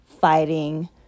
fighting